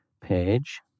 page